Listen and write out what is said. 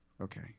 Okay